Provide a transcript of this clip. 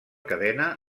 cadena